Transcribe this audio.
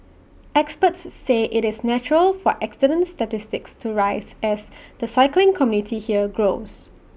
experts say IT is natural for accident statistics to rise as the cycling community here grows